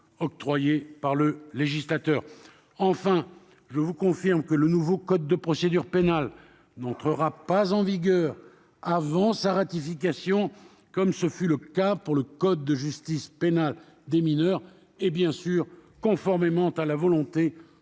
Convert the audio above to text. octroyée par le législateur. Par ailleurs, je vous confirme que le nouveau code de procédure pénale n'entrera pas en vigueur avant la ratification de cette ordonnance, comme ce fut le cas pour le code de la justice pénale des mineurs et conformément à la volonté